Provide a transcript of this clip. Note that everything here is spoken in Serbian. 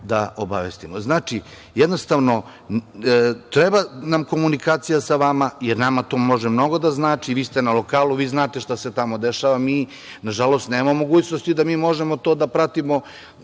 da obavestimo. Znači, jednostavno, treba nam komunikacija sa vama, jer nama to može mnogo da znači. Vi ste na lokalu, vi znate šta se tamo dešava. Mi nažalost nemamo mogućnosti da mi možemo to da pratimo